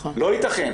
לא ייתכן